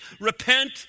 repent